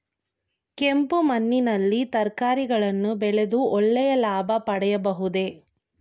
ಕೆಂಪು ಮಣ್ಣಿನಲ್ಲಿ ತರಕಾರಿಗಳನ್ನು ಬೆಳೆದು ಒಳ್ಳೆಯ ಲಾಭ ಪಡೆಯಬಹುದೇ?